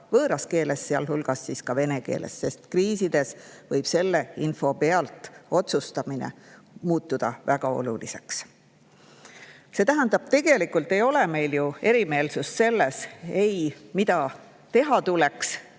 võõras keeles, sealhulgas vene keeles, sest kriisides võib selle info alusel otsustamine muutuda väga oluliseks. See tähendab, et tegelikult ei ole meil ju erimeelsust selles osas, mida teha tuleks